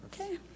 Okay